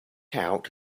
out